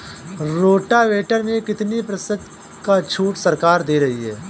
Rotavator में कितनी प्रतिशत का छूट सरकार दे रही है?